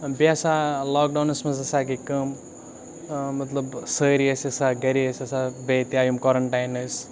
بیٚیہِ ہَسا لاکڈاوُنَس منٛز ہَسا گٔے کٲم مطلب سٲری أسۍ ٲسۍ آسان گَرے ٲسۍ آسان بیٚیہِ تہِ آے یِم کارَنٹاین ٲسۍ